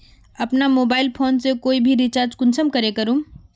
अपना mobile phone से कोई भी रिचार्ज कुंसम करे करूम?